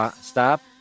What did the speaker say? stop